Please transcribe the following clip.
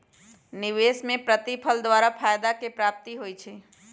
निवेश में प्रतिफल द्वारा फयदा के प्राप्ति होइ छइ